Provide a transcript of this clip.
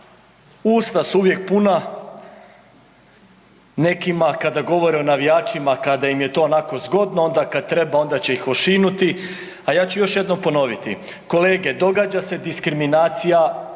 Usta su uvijek puta nekima kada govore o navijačima kada im je to onako zgodno onda kad treba onda će ih ošinuti, a ja ću još jednom ponoviti. Kolege događa se diskriminacija